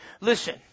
Listen